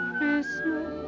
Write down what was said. Christmas